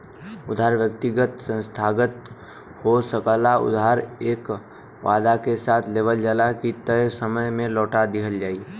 उधार व्यक्तिगत संस्थागत हो सकला उधार एह वादा के साथ लेवल जाला की तय समय में लौटा दिहल जाइ